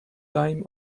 time